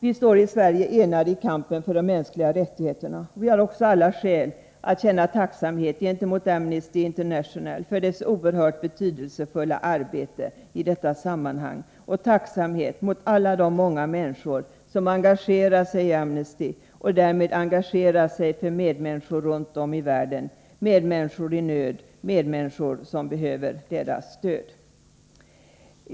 I Sverige står vi enade i kampen för de mänskliga rättigheterna. Vi har också alla skäl att känna tacksamhet gentemot Amnesty International för dess oerhört betydelsefulla arbete i detta sammanhang, och tacksamhet mot alla de människor som engagerar sig i Amnesty och därmed engagerar sig för medmänniskor runt om i världen — medmänniskor i nöd, medmänniskor som behöver deras stöd.